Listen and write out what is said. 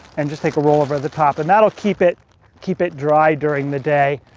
and just take a roll over the top. and that'll keep it keep it dry during the day.